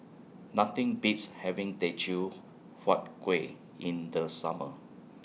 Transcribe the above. Nothing Beats having Teochew Huat Kuih in The Summer